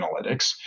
analytics